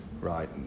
Right